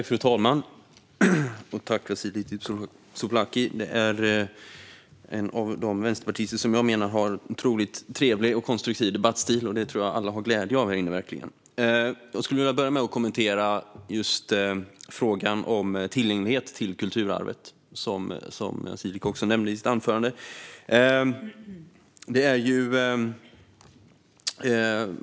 Fru talman! Vasiliki Tsouplaki är en av de vänsterpartister som jag menar har en otroligt trevlig och konstruktiv debattstil, och det tror jag att alla har glädje av här inne. Jag skulle vilja börja med att kommentera frågan om tillgänglighet när det gäller kulturarvet, som Vasiliki nämnde i sitt anförande.